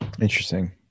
Interesting